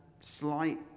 slight